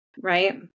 Right